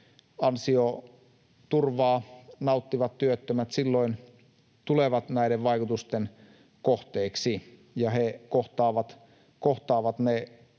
ansioturvaa nauttivat työttömät silloin tulevat näiden vaikutusten kohteiksi ja he kohtaavat ne